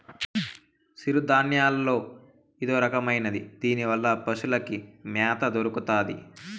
సిరుధాన్యాల్లో ఇదొరకమైనది దీనివల్ల పశులకి మ్యాత దొరుకుతాది